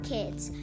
Kids